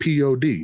pod